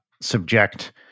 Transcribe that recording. subject